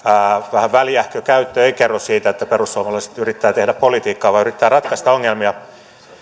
vähän väljähkö käyttö ei kerro siitä että perussuomalaiset yrittävät tehdä politiikkaa vaan yrittävät ratkaista ongelmia